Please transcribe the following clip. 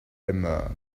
aimes